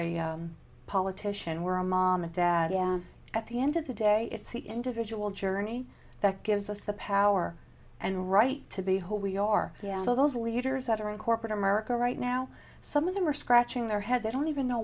a politician we're mom and dad at the end of the day it's the individual journey that gives us the power and right to be who we are so those leaders that are in corporate america right now some of them are scratching their head they don't even know